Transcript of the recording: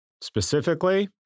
Specifically